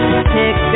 Pick